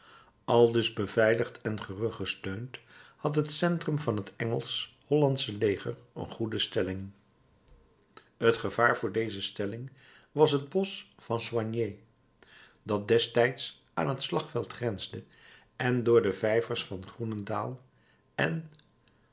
aldus beveiligd en gerugsteund had het centrum van het engelsch hollandsche leger een goede stelling het gevaar voor deze stelling was het bosch van soignes dat destijds aan het slagveld grensde en door de vijvers van groenendael en